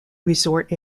resort